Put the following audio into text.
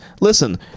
Listen